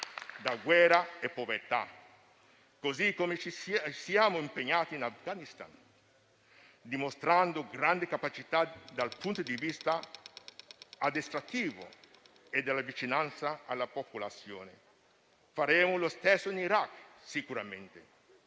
da guerre e povertà. Ci siamo impegnati in Afghanistan, dimostrando grandi capacità dal punto di vista addestrativo e della vicinanza alla popolazione, e faremo sicuramente